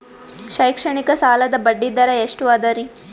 ಶೈಕ್ಷಣಿಕ ಸಾಲದ ಬಡ್ಡಿ ದರ ಎಷ್ಟು ಅದರಿ?